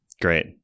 Great